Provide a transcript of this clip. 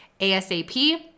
ASAP